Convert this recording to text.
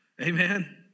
Amen